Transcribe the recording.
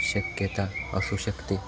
शक्यता असू शकते